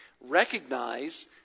recognize